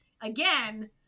again